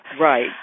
Right